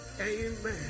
amen